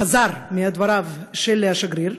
חזר מדבריו של השגריר,